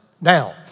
Now